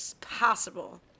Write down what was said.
possible